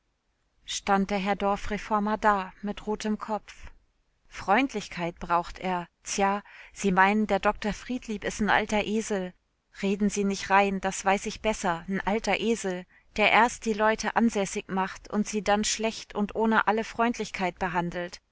stand der herr dorfreformer da mit rotem kopf freundlichkeit braucht er tja sie meinen der dr friedlieb is n alter esel reden sie nich rein das weiß ich besser n alter esel der erst die leute ansässig macht und sie dann schlecht und ohne alle freundlichkeit behandelt